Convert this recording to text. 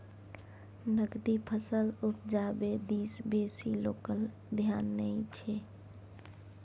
नकदी फसल उपजाबै दिस बेसी लोकक धेआन नहि छै